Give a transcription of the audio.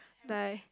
die